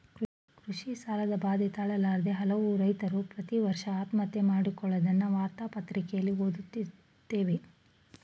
ಕೃಷಿ ಸಾಲದ ಬಾಧೆ ತಾಳಲಾರದೆ ಕೆಲವು ರೈತ್ರು ಪ್ರತಿವರ್ಷ ಆತ್ಮಹತ್ಯೆ ಮಾಡಿಕೊಳ್ಳದ್ನ ವಾರ್ತಾ ಪತ್ರಿಕೆಲಿ ಓದ್ದತಿರುತ್ತೇವೆ